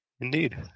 Indeed